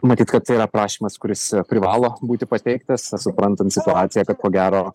matyt kad tai yra prašymas kuris privalo būti pateiktas suprantant situaciją kad ko gero